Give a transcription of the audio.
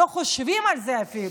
לא חושבים על זה אפילו,